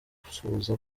abifuza